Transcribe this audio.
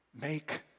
make